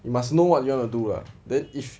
you must know what you wanna do lah then if